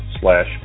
slash